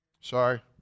Sorry